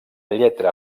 lletra